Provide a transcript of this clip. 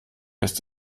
ist